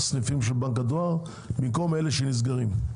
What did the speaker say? סניפים של בנק הדואר במקום אלה שנסגרים.